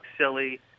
silly